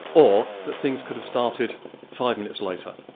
or that things could have started five minutes later.